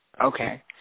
Okay